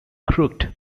crooked